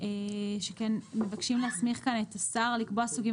שכן מבקשים להסמיך את השר לקבוע סוגים